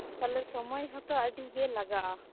ᱛᱟᱦᱚᱞᱮ ᱥᱚᱢᱚᱭ ᱦᱚᱸᱛᱚ ᱟᱹᱰᱤ ᱜᱮ ᱞᱟᱜᱟᱜᱼᱟ